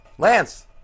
Lance